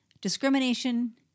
discrimination